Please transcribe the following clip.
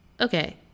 okay